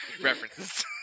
References